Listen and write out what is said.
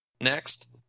Next